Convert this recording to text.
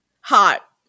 hot